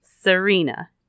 Serena